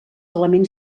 elements